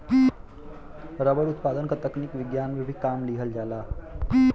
rubber उत्पादन क तकनीक विज्ञान में भी काम लिहल जाला